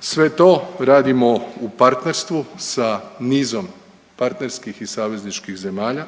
Sve to radimo u partnerstvu sa nizom partnerskih i savezničkih zemalja.